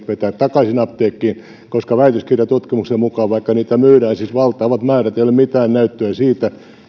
vetää takaisin apteekkiin koska väitöskirjatutkimuksen mukaan vaikka niitä myydään siis valtavat määrät ei ole mitään näyttöä siitä